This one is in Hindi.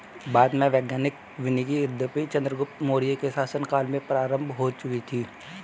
भारत में वैज्ञानिक वानिकी यद्यपि चंद्रगुप्त मौर्य के शासन काल में प्रारंभ हो चुकी थी